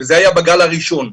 וזה היה בגל הראשון.